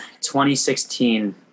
2016